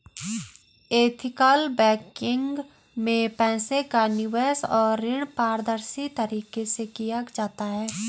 ethical banking में पैसे का निवेश और ऋण पारदर्शी तरीके से किया जाता है